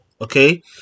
okay